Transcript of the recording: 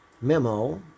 memo